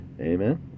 Amen